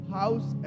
house